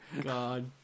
God